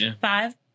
five